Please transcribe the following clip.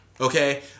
okay